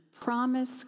promise